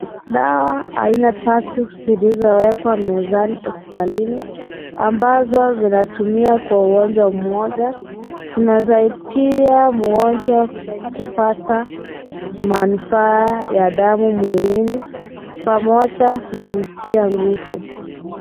Dawa aina tatu zilizowekwa mezani hospitalini ambazo zinatumia kwa ugonjwa mmoja. Zinaweza tia mgonjwa kupata manufaa ya damu mwilini pamoja na kutia nguvu.